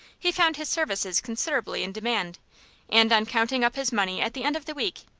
he found his services considerably in demand and on counting up his money at the end of the week,